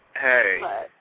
Hey